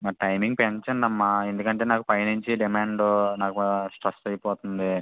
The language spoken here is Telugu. మరి టైమింగ్ పెంచండమ్మా ఎందుకంటే నాకు పైనుంచి డిమాండ్ నాకు స్ట్రెస్ అయిపోతుంది